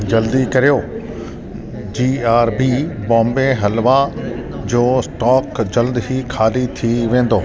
जल्दी करियो G R B Bombay halwa जो स्टॉक जल्द ई खाली थी वेंदो